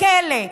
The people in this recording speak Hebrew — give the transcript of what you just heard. לכלא.